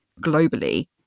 globally